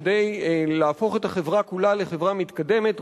כדי להפוך את החברה כולה לחברה מתקדמת,